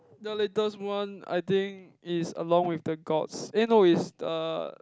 the latest one I think is along-with-the-gods eh no is the